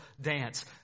dance